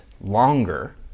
longer